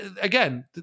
again